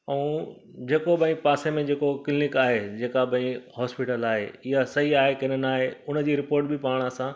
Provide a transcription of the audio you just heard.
ऐं जेको भाई पासे में जेको क्लीनिक आहे जेका भाई हॉस्पिटल आहे इहा सही आहे की न न आहे उन जी रिपोट बि पाण असां